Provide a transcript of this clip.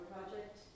Project